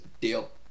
deal